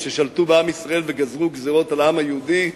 ששלטו בעם ישראל וגזרו גזירות על העם היהודי,